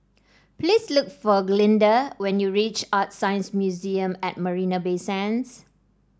please look for Glynda when you reach ArtScience Museum at Marina Bay Sands